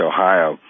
Ohio